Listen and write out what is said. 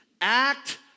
act